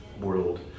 world